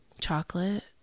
chocolate